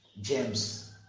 James